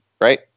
right